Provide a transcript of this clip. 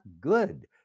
good